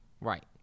Right